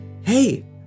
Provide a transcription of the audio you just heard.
hey